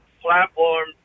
platform